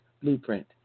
Blueprint